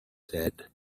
said